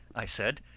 i said.